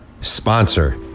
sponsor